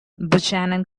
buchanan